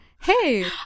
hey